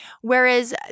Whereas